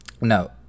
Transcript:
no